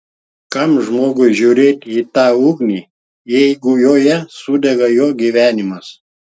kam žmogui žiūrėti į tą ugnį jeigu joje sudega jo gyvenimas